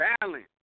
balance